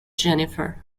jennifer